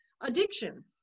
addiction